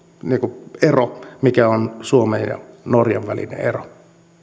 se ero mikä on suomen ja norjan välinen ero